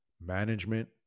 Management